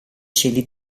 cieli